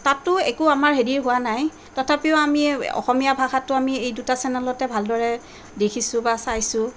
তাতো আমাৰ একো হেৰি হোৱা নাই তথাপিও আমি অসমীয়া ভাষাটো আমি এই দুটা চেনেলতে ভালদৰে দেখিছোঁ বা চাইছোঁ